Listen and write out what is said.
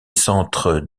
centres